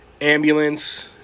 Ambulance